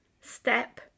step